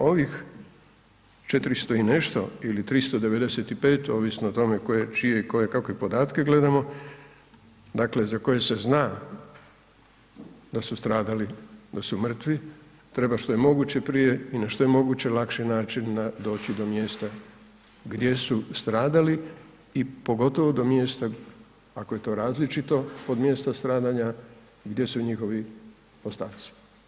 Ovih 400 i nešto ili 395 ovisno o tome koje, čije i kakve podatke gledamo, dakle za koje se zna da su stradali da su mrtvi treba što je moguće prije i na što je moguće lakši način doći do mjesta gdje su stradali i pogotovo do mjesta, ako je to različito od mjesta stradanja gdje su njihovi ostaci.